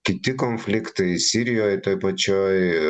kiti konfliktai sirijoje toj pačioj